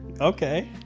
Okay